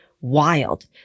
wild